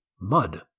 mud